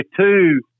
two